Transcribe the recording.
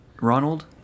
Ronald